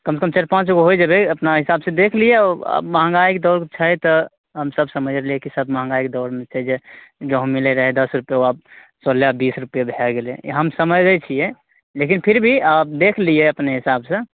कम से कम चारि पाॅंच गो होइ जैबै अपना हिसाब से देख लियै अब महंगाई तऽ छै तऽ हमसब तऽ समैझि रहलियै कि सब महंगाईके दौड़मे छै जे जे गहूॅंम मिलै रहै दश रुपए ओ आब सोले बीस रुपए भए गेलै ई हम समझै छियै लेकिन फिर भी देख लियै अपने हिसाब सँ